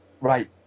right